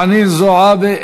חנין זועבי,